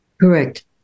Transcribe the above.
Correct